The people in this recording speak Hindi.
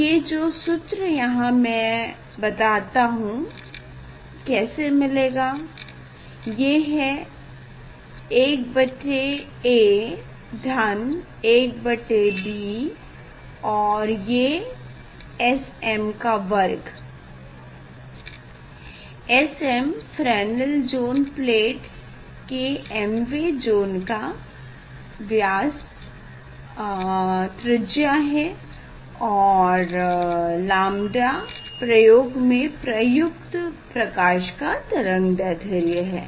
ये जो सूत्र यहाँ है मैं बताता हूँ कैसे मिलेगा ये है 1 बटे a धन 1 बटे b और ये Sm का वर्ग Sm फ्रेनेल ज़ोन प्लेट के m वे ज़ोन का व्यास है और लांबड़ा प्रयोग में प्रयुक्त प्रकाश का तरंगदैध्र्य है